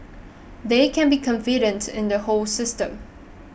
they can be confident in the whole system